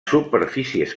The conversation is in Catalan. superfícies